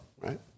right